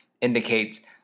indicates